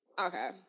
Okay